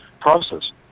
process